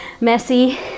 messy